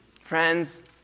Friends